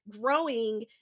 growing